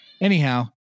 Anyhow